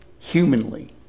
humanly